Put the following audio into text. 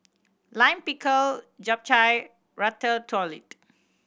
Lime Pickle Japchae Ratatouille